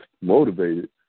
motivated